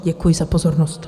Děkuji za pozornost.